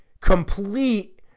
complete